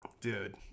Dude